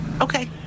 Okay